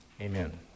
Amen